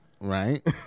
Right